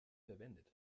verwendet